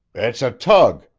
it's a tug,